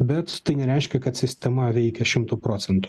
bet tai nereiškia kad sistema veikia šimtu procentų